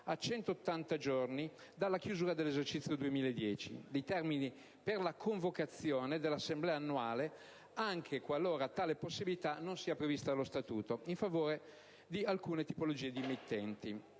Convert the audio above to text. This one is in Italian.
a 180 giorni dalla chiusura dell'esercizio 2010 dei termini per la convocazione dell'assemblea annuale anche qualora tale possibilità non sia prevista dallo statuto in favore di alcune tipologie di emittenti